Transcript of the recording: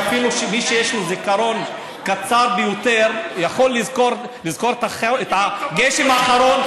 שאפילו מי שיש לו זיכרון קצר ביותר יכול לזכור את הגשם האחרון,